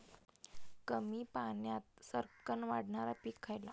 कमी पाण्यात सरक्कन वाढणारा पीक खयला?